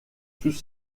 sous